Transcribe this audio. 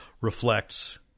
reflects